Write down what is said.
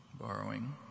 borrowing